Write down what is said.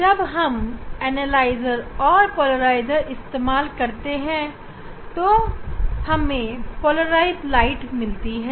जब हम एनालाइजर और पोलराइजर इस्तेमाल करते हैं तो हमें पोलराइज प्रकाश मिलता है